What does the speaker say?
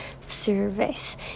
service